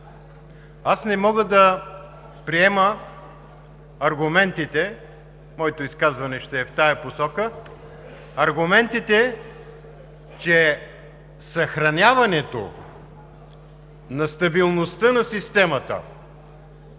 Аз не мога да приема аргументите – моето изказване ще е в тази посока – че съхраняването на стабилността на системата